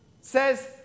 says